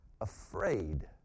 afraid